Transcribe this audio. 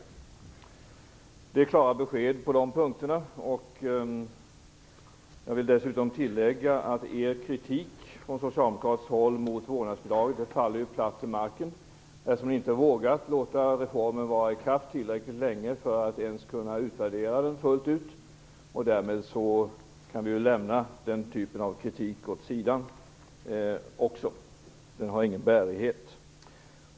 På de punkterna ges klara besked. Jag vill dessutom tillägga att kritiken från socialdemokratiskt håll mot vårdnadsbidraget faller platt till marken, eftersom ni inte ens vågat låta reformen vara i kraft tillräckligt länge för att kunna utvärdera den fullt ut. Därför kan vi också lägga kritiken mot den åt sidan. Den har ingen bärighet.